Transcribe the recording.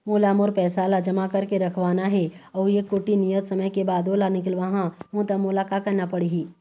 मोला मोर पैसा ला जमा करके रखवाना हे अऊ एक कोठी नियत समय के बाद ओला निकलवा हु ता मोला का करना पड़ही?